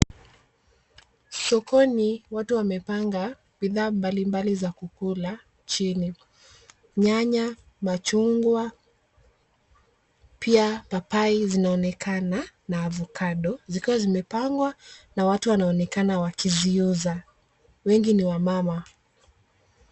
Sokoni watu wamepanga bidhaa mbalimbali za kukula chini. Nyanya, machungwa pia papai zinaonekana na avokado zikiwa zimepangwa na watu wanaonekana wakiziuza. Wengi ni wamama.